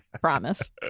Promise